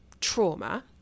trauma